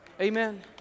Amen